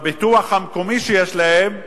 הביטוח המקומי שיש להם,